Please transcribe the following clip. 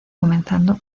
comenzando